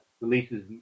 releases